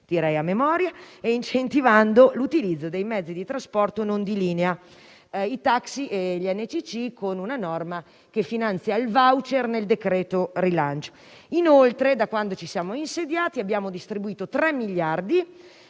direi a memoria - e incentivato l'utilizzo dei mezzi di trasporto non di linea, ossia i taxi e gli NCC, con una norma che finanzia il *voucher* nel decreto-legge rilancio. Inoltre, da quando ci siamo insediati, abbiamo distribuito 3 miliardi,